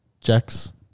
Jack's